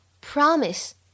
promise